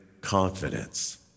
confidence